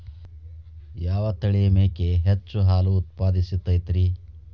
ಯಾವ ತಳಿಯ ಮೇಕೆ ಹೆಚ್ಚು ಹಾಲು ಉತ್ಪಾದಿಸತೈತ್ರಿ?